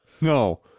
No